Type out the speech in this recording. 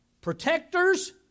protectors